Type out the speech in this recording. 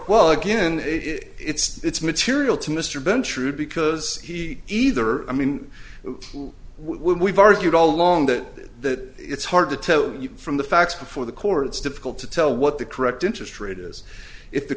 well again if it's material to mr bench rude because he either i mean we've argued all along that it's hard to tell you from the facts before the court it's difficult to tell what the correct interest rate is if the